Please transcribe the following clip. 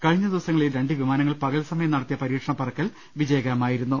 കഴിഞ്ഞ ദിവസങ്ങളിൽ രണ്ട് വിമാനങ്ങൾ പകൽ സമയം നടത്തിയ പരീക്ഷണ പറക്കൽ വിജയകരമായിരുന്നു